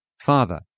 Father